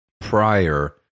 prior